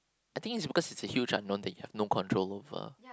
I think is because is a huge unknown thing you have no control over